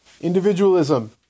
Individualism